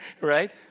Right